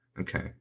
Okay